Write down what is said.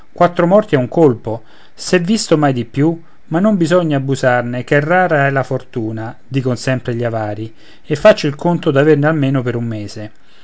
quattro morti a un colpo s'è visto mai di più ma non bisogna abusarne ché rara è la fortuna dicon sempre gli avari e faccio il conto d'averne almeno per un mese